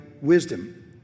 wisdom